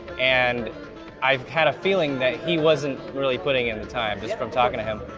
and i had a feeling that he wasn't really putting in the time just from talking to him.